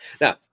Now